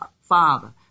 father